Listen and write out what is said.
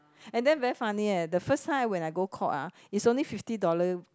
and then very funny leh the first time when I go courts ah it's only fifty dollars